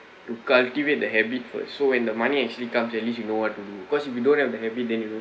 to cultivate the habit first so when the money actually comes at least you know what to do cause we don't have the habit then you know